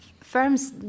firms